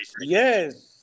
Yes